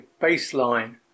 baseline